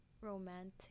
romantic